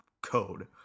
code